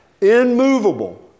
immovable